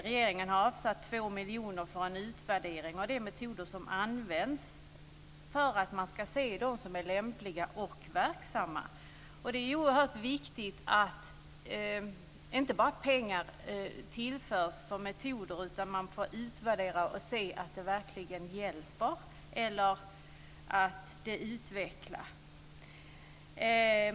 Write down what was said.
Regeringen har avsatt 2 miljoner för en utvärdering av de metoder som används för att man ska se vilka som är lämpliga och verksamma. Det är oerhört viktigt att inte bara pengar tillförs för metoder utan att man också utvärderar och ser att de verkligen hjälper och utvecklar.